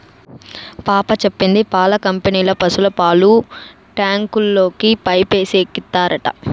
పాప చెప్పింది పాల కంపెనీల పశుల పాలు ట్యాంకుల్లోకి పైపేసి ఎక్కిత్తారట